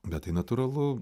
bet tai natūralu